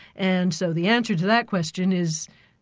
and so the answer to that question is,